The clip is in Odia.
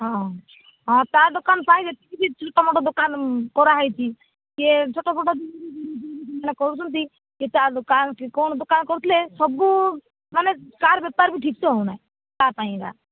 ହଁ ହଁ ତା ଦୋକାନ ସାଇଡ଼ ରେ ଯେତିକି ତୁମର ଦୋକାନ କରାହେଇଛି ସିଏ ଛୋଟ ମୋଟ କରୁଛନ୍ତି କି ତା ଦୋକାନ କି କ'ଣ ଦୋକାନ କରୁଥିଲେ ସବୁ ମାନେ ତାର ବେପାର ବି ଠିକ୍ ସେ ହେଉ ନାହିଁ ତାର ପାଇଁ ଏକା